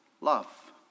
love